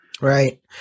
Right